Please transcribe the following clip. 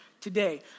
today